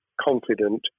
confident